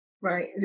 Right